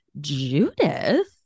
Judith